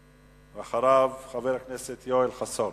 ואחריו, חבר הכנסת יואל חסון.